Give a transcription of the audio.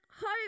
hope